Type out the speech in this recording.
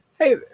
Hey